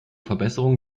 verbesserung